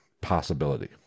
possibility